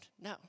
No